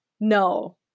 no